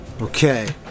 Okay